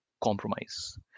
compromise